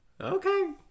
Okay